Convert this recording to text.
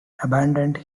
abandoned